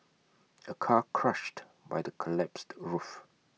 A car crushed by the collapsed roof